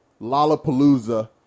lollapalooza